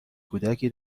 کودکی